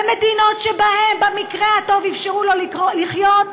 במדינות שבהן במקרה הטוב אפשרו לו לחיות,